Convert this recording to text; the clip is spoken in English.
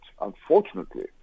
unfortunately